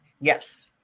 Yes